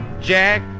Jack